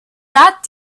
that